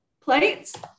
plates